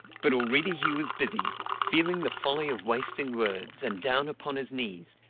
but already he was busy, feeling the folly of wasting words, and down upon his knees,